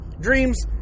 Dreams